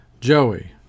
Joey